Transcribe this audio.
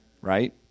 right